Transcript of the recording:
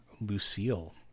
Lucille